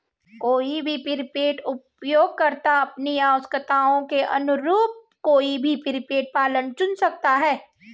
कोई भी प्रीपेड उपयोगकर्ता अपनी आवश्यकताओं के अनुरूप कोई भी प्रीपेड प्लान चुन सकता है